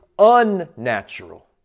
unnatural